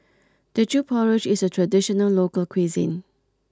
Teochew Porridge is a traditional local cuisine